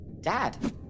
Dad